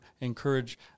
encourage